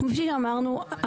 כמו שאמרנו,